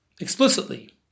explicitly